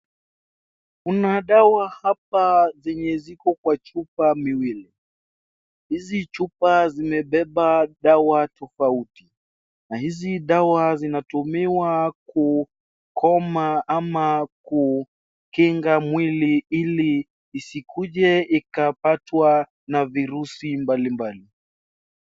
Kuna dawa hapa zenye ziko kwa chupa miwili, hizi chupa zimebeba dawa tofauti na hizi dawa zinatumiwa kukoma ama kukinga mwili ili isikuje ikapatwa na virusi mbalimbali.